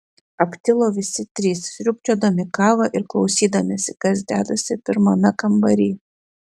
aptilo visi trys sriubčiodami kavą ir klausydamiesi kas dedasi pirmame kambary